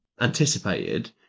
anticipated